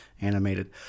animated